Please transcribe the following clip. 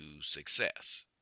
success